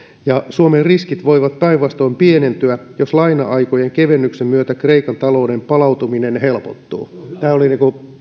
ja suomen riskit voivat päinvastoin pienentyä jos laina aikojen kevennyksen myötä kreikan talouden palautuminen helpottuu tämä oli